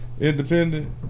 Independent